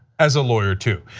as a lawyer too.